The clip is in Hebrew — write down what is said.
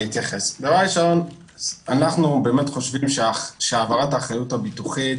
אנחנו חושבים שהעברת האחריות הביטוחית